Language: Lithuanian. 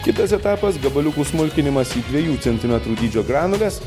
kitas etapas gabaliukų smulkinimas į dviejų centimetrų dydžio granules